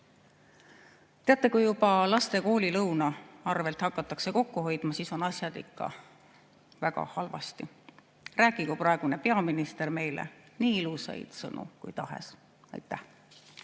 Teate, kui juba laste koolilõuna arvel hakatakse kokku hoidma, siis on asjad ikka väga halvasti. Rääkigu praegune peaminister meile nii ilusaid sõnu kui tahes. Aitäh!